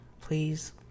Please